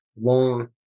long